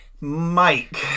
Mike